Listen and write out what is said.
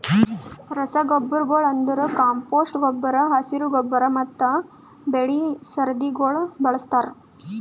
ರಸಗೊಬ್ಬರಗೊಳ್ ಅಂದುರ್ ಕಾಂಪೋಸ್ಟ್ ಗೊಬ್ಬರ, ಹಸಿರು ಗೊಬ್ಬರ ಮತ್ತ್ ಬೆಳಿ ಸರದಿಗೊಳ್ ಬಳಸ್ತಾರ್